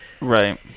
right